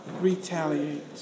retaliate